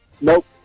Nope